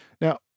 now